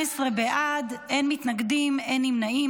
בעד, אין מתנגדים, אין נמנעים.